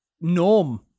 norm